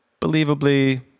believably